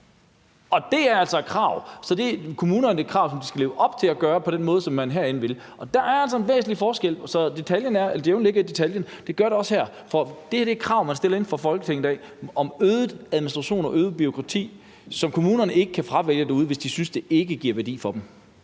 Det er et krav, som kommunerne skal leve op til, og noget, de skal gøre på den måde, som man vil det herindefra. Og der er altså en væsentlig forskel. Djævlen ligger i detaljen, og det gælder også her. For her er der tale om et krav, man stiller fra Folketingets side, om øget administration og øget bureaukrati, som kommunerne ikke kan fravælge derude, hvis de ikke synes, at det giver værdi for dem.